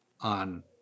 on